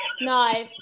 No